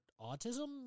autism